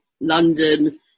london